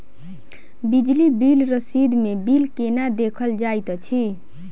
बिजली बिल रसीद मे बिल केना देखल जाइत अछि?